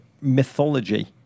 mythology